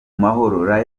mahoro